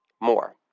more